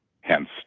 hence